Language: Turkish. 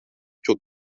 çok